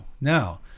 Now